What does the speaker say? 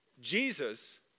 Jesus